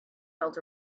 felt